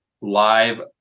live